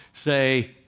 say